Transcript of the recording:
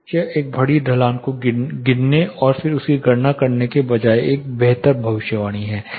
यह एक बड़ी ढलान को गिनने और फिर उसकी गणना करने के बजाय एक बेहतर भविष्यवाणी है